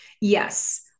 Yes